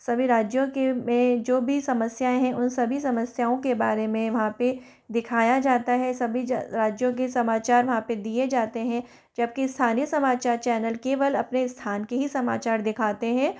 सभी राज्यों के में जो भी समस्याएँ हैं उन सभी समस्याओं के बारे में वहाँ पर दिखाया जाता है सभी राज्यों के समाचार वहाँ पर दिये जाते हैं जब कि स्थानीय समाचार चैनल केवल अपने स्थान के ही समाचार दिखाते हैं